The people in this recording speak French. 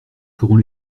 ferons